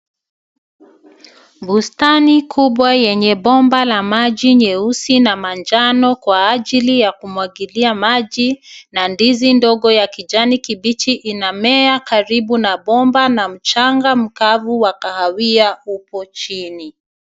Bustani kubwa yenye bomba la maji nyeusi na manjano kwa ajili ya kumwagilia maji na ndizi ndogo ya kijani kibichi inamea karibu na bomba na mchanga mkavu wa kahawia upo chini.